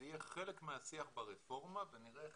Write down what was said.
זה יהיה חלק מהשיח ברפורמה ונראה איך